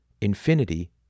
Infinity